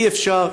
אי-אפשר,